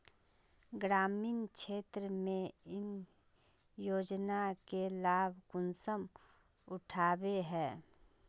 ग्रामीण क्षेत्र में इस योजना के लाभ कुंसम उठावे है?